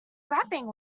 grabbing